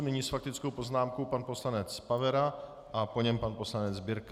Nyní s faktickou poznámkou pan poslanec Pavera a po něm pan poslanec Birke.